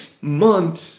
months